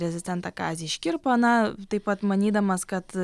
prezidentą kazį škirpą na taip pat manydamas kad